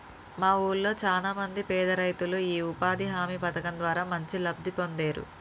మా వూళ్ళో చానా మంది పేదరైతులు యీ ఉపాధి హామీ పథకం ద్వారా మంచి లబ్ధి పొందేరు